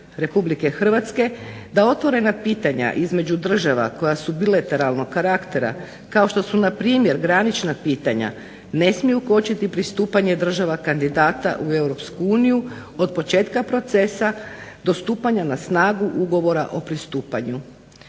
da otvorena pitanja između država koja su bilateralnog karaktera kao što su npr. granična pitanja, ne smiju kočiti pristupanje država kandidata u EU od početka procesa do stupanja na snagu ugovora o pristupanju.